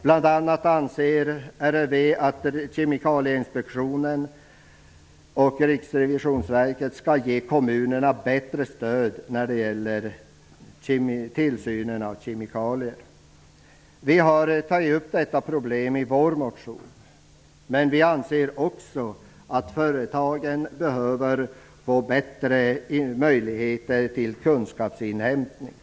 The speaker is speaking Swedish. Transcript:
Bl.a. anser RRV att Kemikalieinspektionen och Riksrevisionsverket skall ge kommunerna bättre stöd när det gäller tillsynen över kemikaliehanteringen. Vi har tagit upp detta problem i vår motion. Men vi anser också att företagen behöver få bättre möjligheter till kunskapsinhämtning.